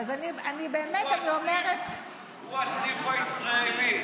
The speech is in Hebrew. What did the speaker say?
אז באמת אני אומרת, הוא הסניף הישראלי.